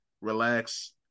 Relax